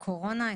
תחלואת הקורונה.